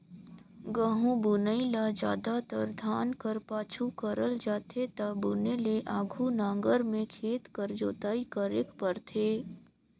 गहूँ बुनई ल जादातर धान कर पाछू करल जाथे ता बुने ले आघु नांगर में खेत कर जोताई करेक परथे